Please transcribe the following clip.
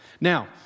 Now